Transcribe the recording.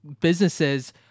businesses